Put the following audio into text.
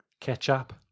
Ketchup